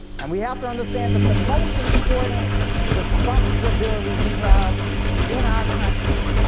and we have to understand that the most important responsibility we have in our country